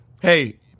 hey